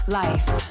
life